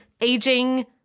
aging